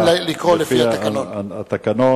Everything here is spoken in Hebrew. הפעם לקרוא לפי התקנון.